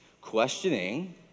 questioning